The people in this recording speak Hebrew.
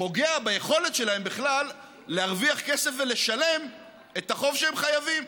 פוגע ביכולת שלהם בכלל להרוויח כסף ולשלם את החוב שהם חייבים.